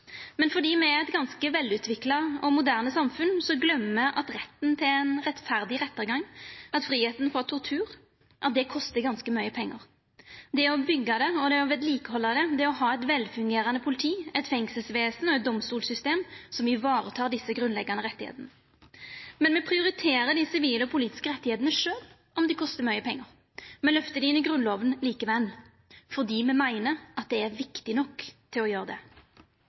Men fordi me har eit ganske velutvikla og moderne samfunn, gløymer me at retten til ein rettferdig rettargang og fridom frå tortur – det å byggja og å halda ved like eit godt fungerande politi, eit fengselsvesen og eit domstolssystem som varetar desse grunnleggjande rettane – kostar ganske mykje pengar. Me prioriterer dei sivile og politiske rettane, sjølv om det kostar mykje pengar. Me lyftar dei inn i Grunnlova likevel, fordi me meiner at dei er viktige nok til å gjera det.